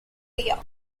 york